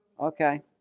Okay